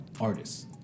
artists